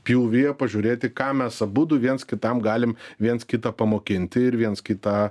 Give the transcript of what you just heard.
pjūvyje pažiūrėti ką mes abudu viens kitam galim viens kitą pamokinti ir viens kitą